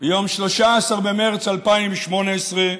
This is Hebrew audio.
ביום 13 במרס 2018,